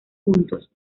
juntos